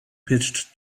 pitched